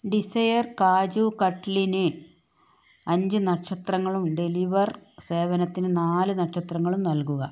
desire kaju കട്ലിന് അഞ്ച് നക്ഷത്രങ്ങളും ഡെലിവർ സേവനത്തിന് നാല് നക്ഷത്രങ്ങളും നൽകുക